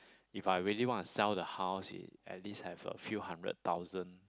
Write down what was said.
if I really want to sell the house it at least have a few hundred thousand